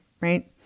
right